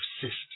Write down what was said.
persist